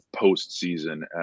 postseason